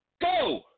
go